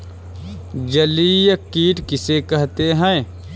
जलीय कीट किसे कहते हैं?